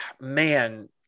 man